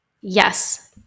Yes